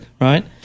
right